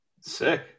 Sick